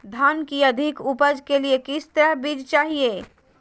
धान की अधिक उपज के लिए किस तरह बीज चाहिए?